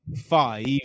five